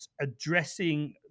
addressing